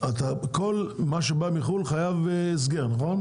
אתה כל מה שבא מחו"ל חייב הסגר נכון?